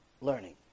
learning